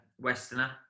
Westerner